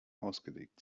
ausgelegt